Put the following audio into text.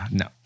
no